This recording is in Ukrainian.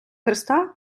хреста